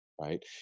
Right